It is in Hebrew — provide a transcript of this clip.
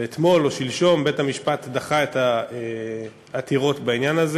ואתמול או שלשום בית-המשפט דחה את העתירות בעניין הזה.